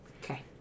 Okay